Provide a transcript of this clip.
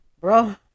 Bro